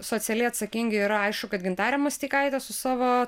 socialiai atsakingi yra aišku kad gintarė masteikaitė su savo